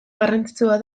garrantzitsua